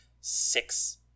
six